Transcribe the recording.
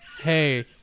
Hey